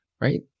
right